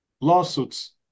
lawsuits